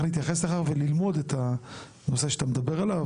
להתייחס לכך וללמוד את הנושא שאתה מדבר עליו,